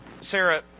Sarah